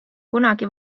kunagi